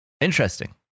Interesting